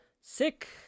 Sick